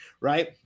Right